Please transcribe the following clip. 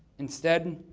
instead,